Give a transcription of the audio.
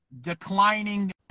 declining